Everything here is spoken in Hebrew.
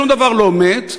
שום דבר לא מת,